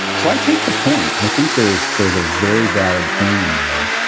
so i take the point. i think there is there's a very valid point in there.